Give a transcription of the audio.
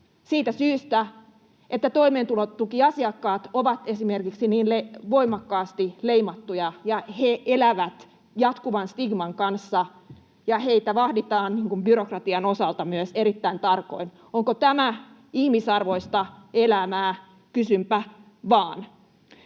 siitä syystä, että toimeentulotukiasiakkaat ovat esimerkiksi niin voimakkaasti leimattuja ja he elävät jatkuvan stigman kanssa ja heitä vahditaan byrokratian osalta myös erittäin tarkoin. Onko tämä ihmisarvoista elämää, kysynpä vain.